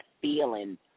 feeling